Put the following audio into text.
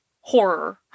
horror